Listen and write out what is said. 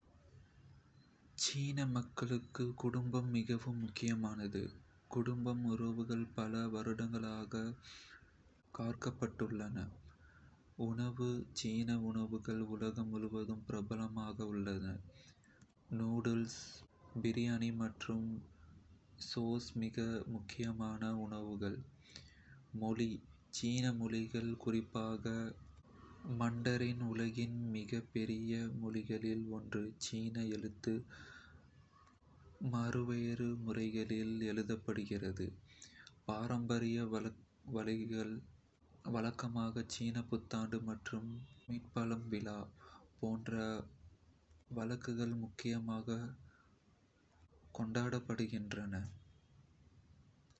குடும்பம்: சீன மக்களுக்குக் குடும்பம் மிகவும் முக்கியமானது. குடும்ப உறவுகள் பல வருடங்களாக காப்பாற்றப்பட்டுள்ளன. உணவு: சீன உணவுகள் உலகம் முழுவதும் பிரபலமாக உள்ளன. நூடில்ஸ், டம்ப்ளிங்க்ஸ், பிராணி மற்றும் சோஸ் மிக முக்கியமான உணவுகள். மொழி: சீன மொழி, குறிப்பாக மாண்டரின், உலகின் மிக பெரிய மொழிகளில் ஒன்று. சீன எழுத்து மாறுவேறு முறைகளில் எழுதப்படுகிறது. பாரம்பரிய விழாக்கள் சீன புத்தாண்டு மற்றும் மிட்-ஃபால்ம் விழா போன்ற விழாக்கள் முக்கியமாக கொண்டாடப்படுகின்றன.